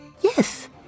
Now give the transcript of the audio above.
Yes